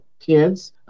Kids